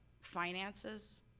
finances